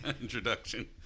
introduction